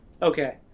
Okay